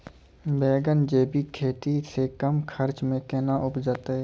बैंगन जैविक खेती से कम खर्च मे कैना उपजते?